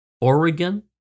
Oregon